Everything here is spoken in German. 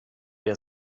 der